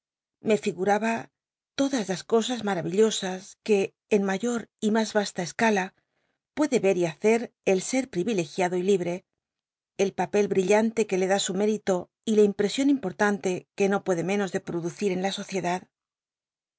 me figuraba todas las cosas maravillosas que en mayor y mas yasta es cala puede ct y hacet el ser pri'ilcgiado y librc el papel brillante que le dá su métito y la impresion impottante que no puede menos de prod ucit en la sociedad